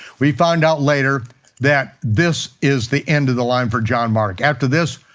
we find out later that this is the end of the line for john mark. after this,